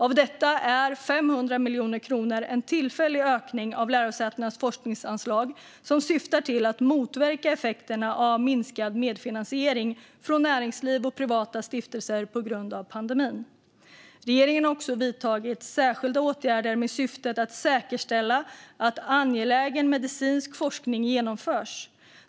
Av detta är 500 miljoner kronor en tillfällig ökning av lärosätenas forskningsanslag, som syftar till att motverka effekterna av minskad medfinansiering från näringsliv och privata stiftelser på grund av pandemin. Regeringen har också vidtagit särskilda åtgärder med syftet att säkerställa att angelägen medicinsk forskning genomförs.